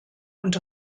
und